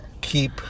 keep